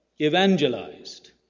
evangelized